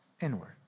inward